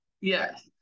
yes